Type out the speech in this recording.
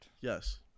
Yes